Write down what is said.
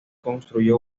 construyó